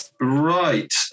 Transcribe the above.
right